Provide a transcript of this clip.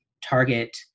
target